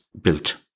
built